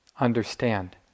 understand